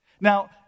Now